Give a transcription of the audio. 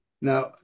Now